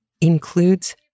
includes